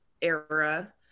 era